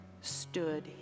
stood